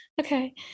okay